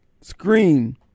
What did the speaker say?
scream